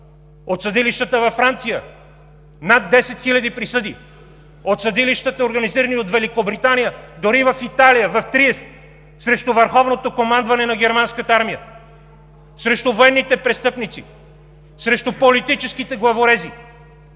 от съдилищата във Франция – над 10 хиляди присъди, от съдилищата, организирани от Великобритания, дори в Италия, в Триест срещу върховното командване на германската армия, срещу военните престъпници, срещу политическите главорези,